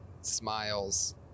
smiles